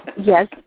Yes